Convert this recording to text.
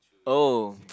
oh